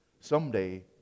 Someday